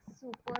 Super